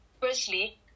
firstly